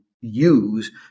use